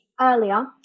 earlier